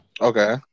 Okay